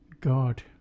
God